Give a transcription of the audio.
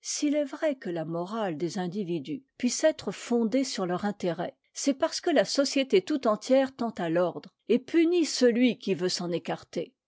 s'il est vrai que la morale des individus puisse être fondée sur leur intérêt c'est parce que la société tout entière tend à l'ordre et punit celui qui veut s'en écarter